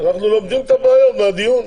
אנחנו לומדים את הבעיות מהדיון,